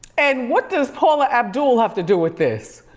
and what does paula abdul have to do with this?